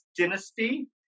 dynasty